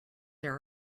there